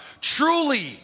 truly